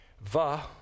Va